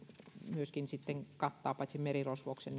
kattaa paitsi merirosvouksen